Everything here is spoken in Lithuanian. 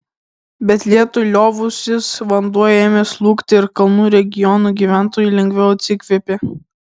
bet lietui liovusis vanduo ėmė slūgti ir kalnų regionų gyventojai lengviau atsikvėpė